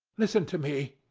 listen to me.